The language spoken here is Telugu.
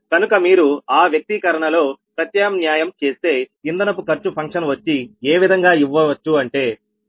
కనుక మీరు ఆ వ్యక్తీకరణలో ప్రతిక్షేపిస్తే ఇంధనపు ఖర్చు ఫంక్షన్ వచ్చి ఏ విధంగా ఇవ్వచ్చు అంటే CPg222